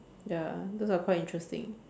ya those are quite interesting